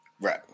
Right